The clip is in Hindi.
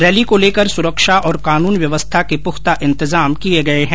रैली को लेकर सुरक्षा और कानून व्यवस्था के पुख्ता इंतजाम किए गए हैं